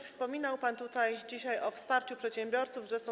Wspominał pan tutaj dzisiaj o wsparciu przedsiębiorców, że są.